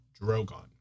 Drogon